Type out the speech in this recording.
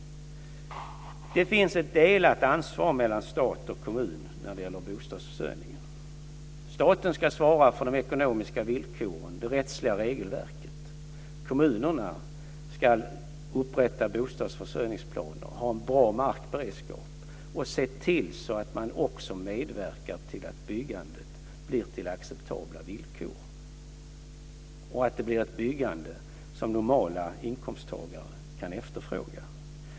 Det finns ett delat ansvar mellan stat och kommun när det gäller bostadsförsörjningen. Staten ska svara för de ekonomiska villkoren och det rättsliga regelverket. Kommunerna ska upprätta bostadsförsörjningsplaner, ha en bra markberedskap och se till att man medverkar till att byggandet sker på acceptabla villkor. Det gäller att se till att det blir ett byggande som normala inkomsttagare kan efterfråga.